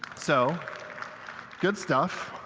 so good stuff.